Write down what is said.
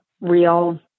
real